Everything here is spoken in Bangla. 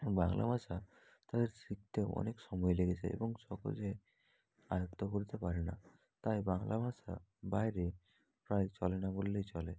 বাংলা ভাষা তাদের শিখতে অনেক সময় লেগেছে এবং সহজে আয়ত্ত করতে পারে না তাই বাংলা ভাষা বাইরে প্রায় চলে না বললেই চলে